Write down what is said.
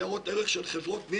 בעידודו של חבר הכנסת כץ,